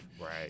Right